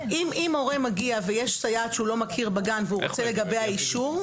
אם הורה מגיע ובגן יש סייעת שהוא לא מכיר אותה והוא רוצה לגביה אישור,